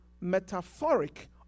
metaphoric